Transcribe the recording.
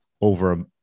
over